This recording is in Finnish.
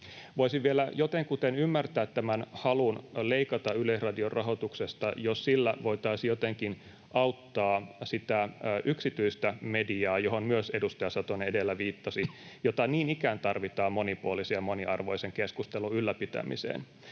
Voisin vielä jotenkuten ymmärtää halun leikata Yleisradion rahoituksesta, jos sillä voitaisiin jotenkin auttaa sitä yksityistä mediaa — johon edustaja Satonen edellä myös viittasi — jota niin ikään tarvitaan monipuolisen ja moniarvoisen keskustelun ylläpitämiseen.